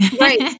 Right